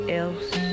else